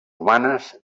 humanes